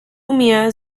mir